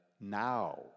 now